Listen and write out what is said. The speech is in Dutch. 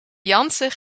jansen